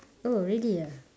oh really ah